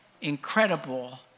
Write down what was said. incredible